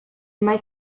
mai